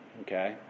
okay